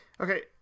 okay